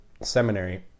seminary